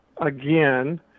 again